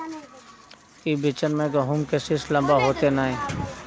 ई बिचन में गहुम के सीस लम्बा होते नय?